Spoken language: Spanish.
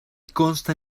consta